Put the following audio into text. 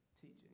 teaching